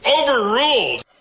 Overruled